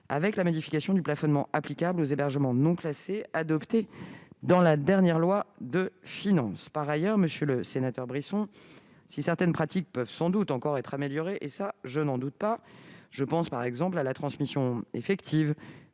avec la modification du plafonnement applicable aux hébergements non classés, mesure adoptée dans la dernière loi de finances. Par ailleurs, monsieur le sénateur Brisson, si certaines pratiques peuvent- je n'en doute pas -être encore améliorées- je pense par exemple à la transmission effective